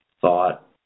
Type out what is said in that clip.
thought